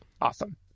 awesome